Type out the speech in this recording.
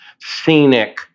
scenic